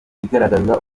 igaragaza